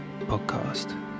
podcast